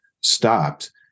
stopped